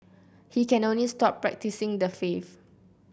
he can only stop practising the faith